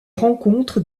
rencontres